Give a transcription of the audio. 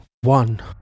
one